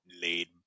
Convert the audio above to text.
laid